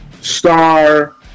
star